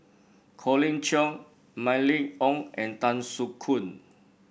Colin Cheong Mylene Ong and Tan Soo Khoon